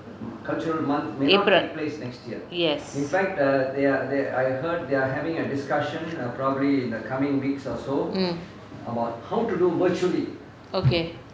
april yes mm okay